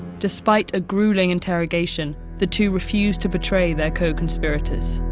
despite a grueling interrogation, the two refused to betray their co-conspirators.